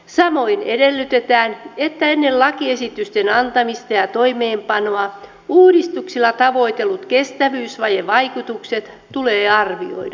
samoin edellytetään että ennen lakiesitysten antamista ja toimeenpanoa uudistuksilla tavoitellut kestävyysvajevaikutukset tulee arvioida